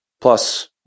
Plus